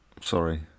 Sorry